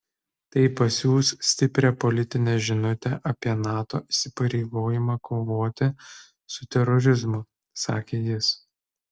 tai pasiųs stiprią politinę žinutę apie nato įsipareigojimą kovoti su terorizmu sakė jis